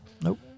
Nope